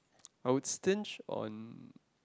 I would stinge on